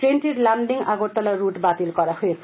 ট্রেনটির লামডিং আগরতলা রুট বাতিল করা হয়েছে